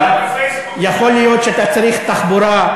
אבל יכול להיות שאתה צריך תחבורה,